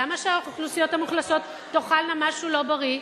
למה שהאוכלוסיות המוחלשות תאכלנה משהו לא בריא?